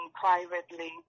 privately